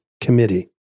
Committee